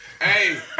Hey